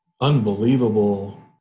unbelievable